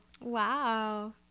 Wow